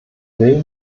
will